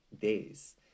days